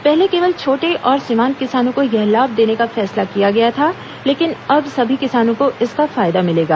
पहले केवल छोर्ट और सीमांत किसानों को यह लाभ देने का फैसला किया गया था लेकिन अब सभी किसानों को इसका फायदा मिलेगा